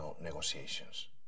negotiations